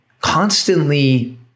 constantly